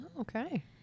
okay